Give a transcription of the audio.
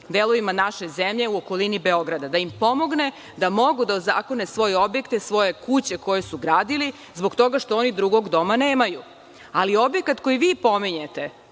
delovima naše zemlje u okolini Beograda da im pomogne da mogu da ozakone svoje objekte, svoje kuće koje su gradili, zbog toga što oni drugog doma nemaju. Ali, objekat koji vi pominjete,